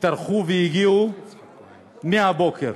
שטרחו והגיעו מהבוקר,